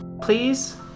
Please